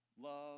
Love